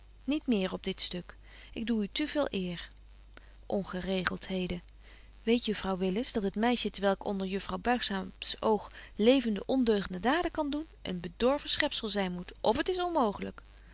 niet meer op dit stuk ik doe u te veel eer ongeregeltheden weet juffrouw willis dat het meisje t welk onder juffrouw buigzaam's oog levende ondeugende daden kan doen een bedorven schepzel zyn moet of het is onmooglyk